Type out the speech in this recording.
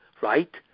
right